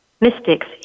mystics